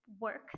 work